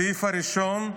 הסעיף הראשון: